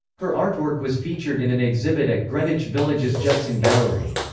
her artwork was featured in an exhibit at greenwich village's judson gallery.